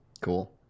Cool